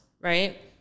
right